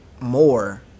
more